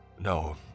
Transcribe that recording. No